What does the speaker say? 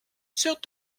sœurs